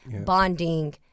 bonding